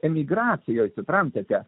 emigracijoje suprantate